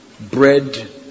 bread